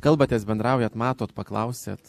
kalbatės bendraujat matot paklausiat